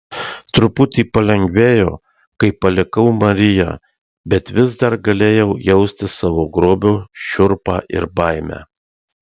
truputį palengvėjo kai palikau mariją bet vis dar galėjau jausti savo grobio šiurpą ir baimę